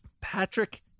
Patrick